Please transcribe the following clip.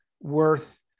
worth